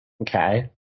Okay